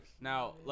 Now